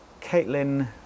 Caitlin